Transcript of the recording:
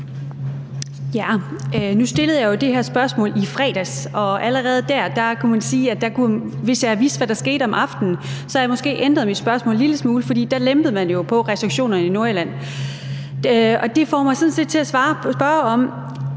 (V): Nu stillede jeg jo det her spørgsmål i fredags, og man kan sige, at hvis jeg havde vidst, hvad der skete om aftenen, havde jeg måske ændret mit spørgsmål en lille smule, for der lempede man jo på restriktionerne i Nordjylland. Og det får mig til at stille